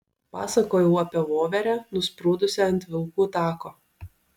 pasakojau apie voverę nusprūdusią ant vilkų tako